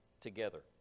together